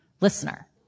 listener